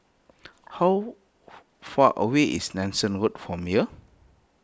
how far away is Nanson Road from here